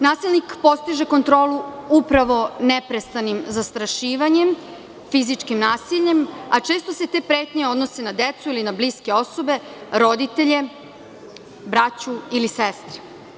Nasilnik postiže kontrolu upravo neprestanim zastrašivanjem, fizičkim nasiljem, a često se te pretnje odnose na decu ili na bliske osobe, roditelje, braću ili sestre.